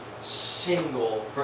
single